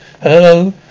Hello